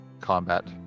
combat